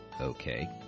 Okay